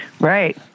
Right